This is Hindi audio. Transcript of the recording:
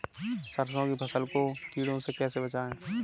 सरसों की फसल को कीड़ों से कैसे बचाएँ?